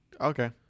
okay